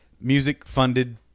music-funded